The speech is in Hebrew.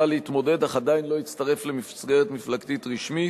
להתמודד אך עדיין לא הצטרף למסגרת מפלגתית רשמית.